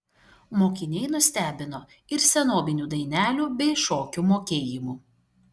mokiniai nustebino ir senobinių dainelių bei šokių mokėjimu